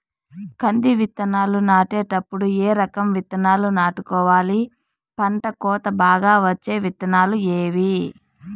కంది విత్తనాలు నాటేటప్పుడు ఏ రకం విత్తనాలు నాటుకోవాలి, పంట కోత బాగా వచ్చే విత్తనాలు ఏవీ?